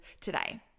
today